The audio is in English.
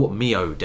mio